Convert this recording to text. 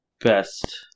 best